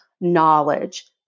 knowledge